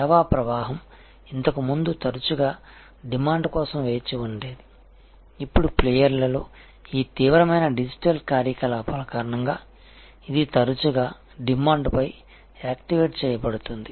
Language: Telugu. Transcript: సేవా ప్రవాహం ఇంతకు ముందు తరచుగా డిమాండ్ కోసం వేచి ఉండేది ఇప్పుడు ప్లేయర్లలో ఈ తీవ్రమైన డిజిటల్ కార్యకలాపాల కారణంగా ఇది తరచుగా డిమాండ్పై యాక్టివేట్ చేయబడుతుంది